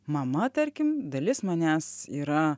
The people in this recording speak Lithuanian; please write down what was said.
mama tarkim dalis manęs yra